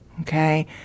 okay